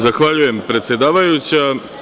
Zahvaljujem, predsedavajuća.